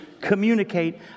communicate